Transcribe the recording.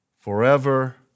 forever